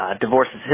divorces